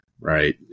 right